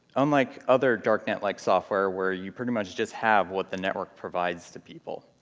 unlike other darknet-like software where you pretty much just have what the network provides to people,